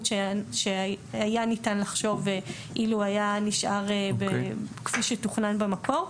שהיה ניתן לחשוב אילו היה נשאר כפי שתוכנן במקור,